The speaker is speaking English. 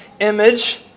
image